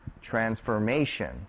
transformation